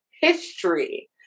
history